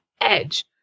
edge